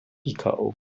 ایکائو